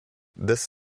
this